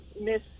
Miss